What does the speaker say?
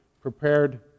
prepared